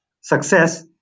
success